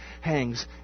hangs